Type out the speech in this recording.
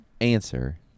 answer